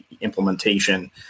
implementation